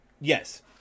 Yes